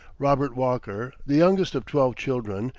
robert walker, the youngest of twelve children,